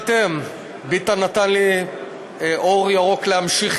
תירתם, ביטן נתן לי אור ירוק להמשיך,